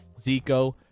Zico